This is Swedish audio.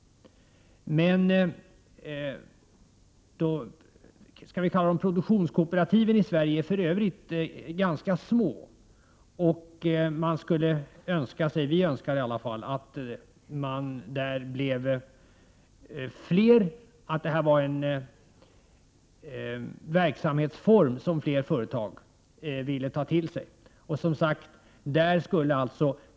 Produktionskooperativen i Sverige är för övrigt ganska små. Man skulle Önska sig — i varje fall önskar vi — att det skulle bli fler och att fler företag skulle vilja ta till sig den här verksamhetsformen.